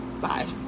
Bye